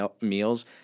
meals